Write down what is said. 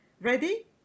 Ready